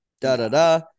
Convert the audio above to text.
Da-da-da